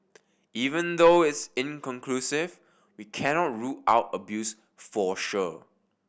even though it's inconclusive we cannot rule out abuse for sure